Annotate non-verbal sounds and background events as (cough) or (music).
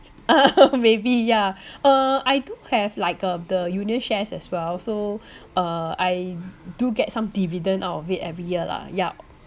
(laughs) maybe yeah uh I do have like uh the union shares as well so uh I do get some dividend out of it every year lah yup